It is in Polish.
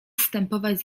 zstępować